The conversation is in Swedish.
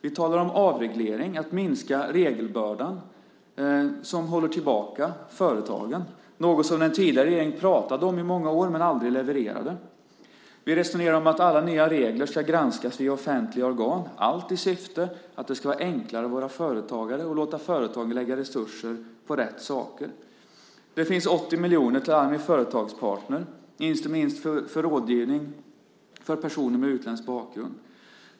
Vi talar om avreglering, om att minska regelbördan, som håller tillbaka företagen. Det är något som den tidigare regeringen pratade om i många år men aldrig levererade. Vi resonerar om att alla nya regler ska granskas i offentliga organ. Allt detta görs i syfte att det ska vara enklare att vara företagare och att vi ska låta företag lägga resurser på rätt saker. Det finns 80 miljoner till Almi Företagspartner, inte minst för rådgivning till personer med utländsk bakgrund.